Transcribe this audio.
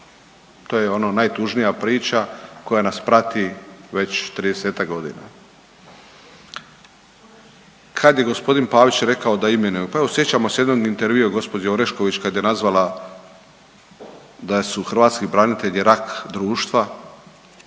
to je ono najtužnija priča koja nas prati već 30-tak godina. Kada je gospodin Pavić rekao da imenujemo. Pa evo sjećamo se jednog intervjua gospođe Orešković kada je nazvala da su hrvatski branitelji rak društva